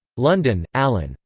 london allen.